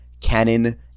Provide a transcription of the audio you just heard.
canon